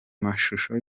mashusho